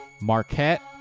Marquette